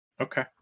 okay